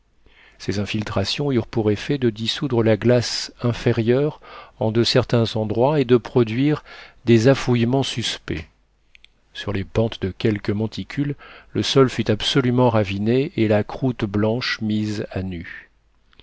ces infiltrations eurent pour effet de dissoudre la glace inférieure en de certains endroits et de produire des affouillements suspects sur les pentes de quelques monticules le sol fut absolument raviné et la croûte blanche mise à nu